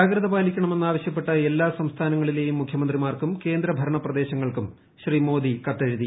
ജാഗ്രത പാലിക്കണമെന്ന് ആവശ്യപ്പെട്ട് എല്ലാ സംസ്ഥാനങ്ങളിലെ മുഖ്യമന്ത്രിമാർക്കും കേന്ദ്ര ഭരണ പ്രദേശങ്ങൾക്കും ശ്രീ മോദി കത്തെഴുതി